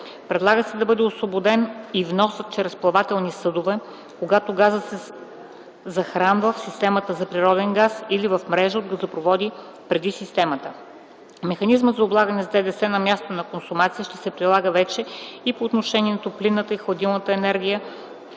Предлага се да бъде освободен и вносът чрез плавателни съдове, когато газът се захранва в система за природен газ или в мрежа от газопроводи преди системата. Механизмът за облагане с ДДС на мястото на консумация ще се прилага вече и по отношение на топлинната и хладилната енергия,